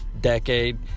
decade